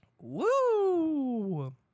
Woo